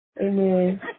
Amen